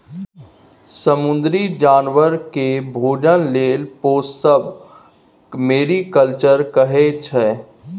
समुद्री जानबर केँ भोजन लेल पोसब मेरीकल्चर कहाइ छै